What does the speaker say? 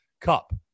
Cup